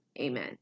Amen